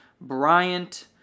Bryant